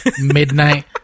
midnight